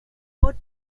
pot